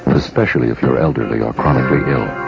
especially if you're elderly or chronically ill,